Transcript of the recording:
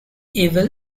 evil